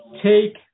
take